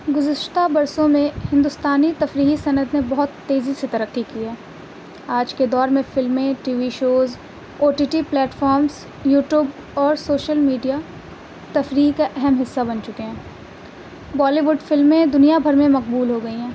گزشتہ برسوں میں ہندوستانی تفریحی صنعت نے بہت تیزی سے ترقی کی ہے آج کے دور میں فلمیں ٹی وی شوز او ٹی ٹی پلیٹفارمس یوٹیوب اور سوشل میڈیا تفریح کا اہم حصہ بن چکے ہیں بالیووڈ فلمیں دنیا بھر میں مقبول ہو گئی ہیں